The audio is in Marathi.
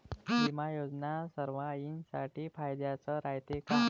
बिमा योजना सर्वाईसाठी फायद्याचं रायते का?